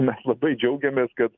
mes labai džiaugiamės kad